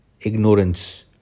ignorance